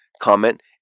comment